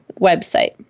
website